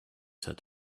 said